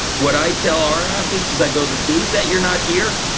what i tell our athletes is i go, the days that you're not here,